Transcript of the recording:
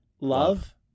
Love